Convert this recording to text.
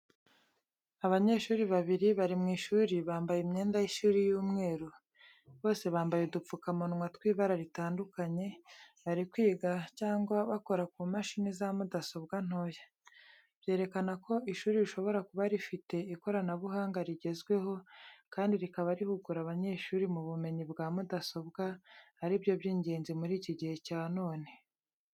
Abanyeshuri babiri bari mu ishuri bambaye imyenda y'ishuri y'umweru bose bambaye udupfukamunwa tw'ibara ritandukanye, bari kwiga cyangwa bakora ku mashini za mudasobwa ntoya. Byerekana ko ishuri rishobora kuba rifite ikoranabuhanga rigezweho kandi rikaba rihugura abanyeshuri mu bumenyi bwa mudasobwa ari byo by'ingenzi muri iki gihe cya none.